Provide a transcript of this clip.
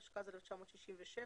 התשכ"ז-1967,